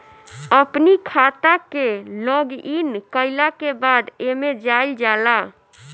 अपनी खाता के लॉगइन कईला के बाद एमे जाइल जाला